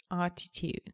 attitude